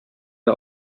the